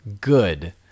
good